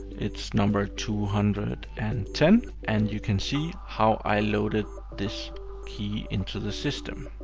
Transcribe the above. it's number two hundred and ten, and you can see how i loaded this key into the system.